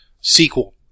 sequel